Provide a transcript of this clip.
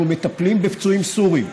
אנחנו מטפלים בפצועים סורים,